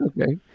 okay